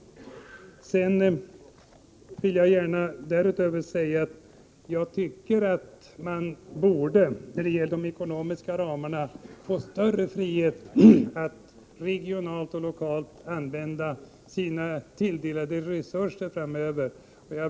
Därutöver vill jag gärna säga att jag tycker att man när det gäller de ekonomiska ramarna borde få större frihet att regionalt och lokalt använda sina tilldelade resurser.